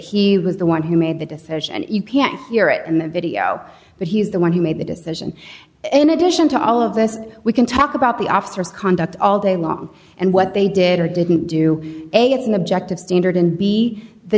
he was the one who made the decision and u p s here and the video but he's the one who made the decision in addition to all of this you can talk about the officers conduct all day long and what they did or didn't do a it's an objective standard and b the